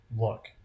look